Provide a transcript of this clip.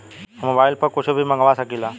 हम mobile phone पर कुछ भी मंगवा सकिला?